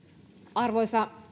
arvoisa